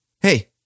Hey